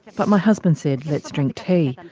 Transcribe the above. but my husband said let's drink tea.